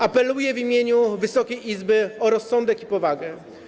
Apeluję w imieniu Wysokiej Izby o rozsądek i powagę.